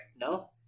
No